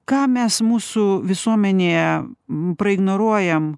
ką mes mūsų visuomenėje praignoruojam